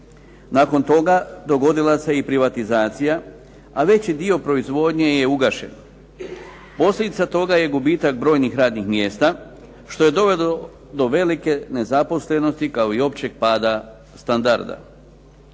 Nakon toga dogodila se i privatizacija a veći dio proizvodnje je ugašen. Posljedica toga je gubitak brojnih radnih mjesta što je dovelo do velike nezaposlenosti kao i općeg pada standarda.